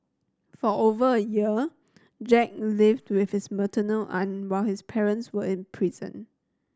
for over a year Jack lived with his maternal aunt while his parents were in prison